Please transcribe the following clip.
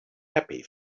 happy